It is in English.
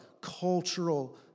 cultural